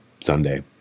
Sunday